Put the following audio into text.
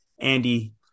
Andy